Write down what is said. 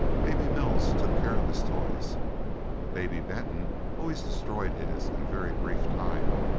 baby mills took care of his toys baby benton always destroyed his in a very brief time,